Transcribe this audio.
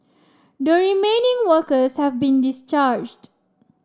the remaining workers have been discharged